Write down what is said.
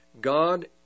God